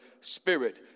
spirit